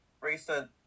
recent